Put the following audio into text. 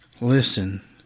listen